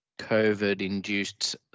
COVID-induced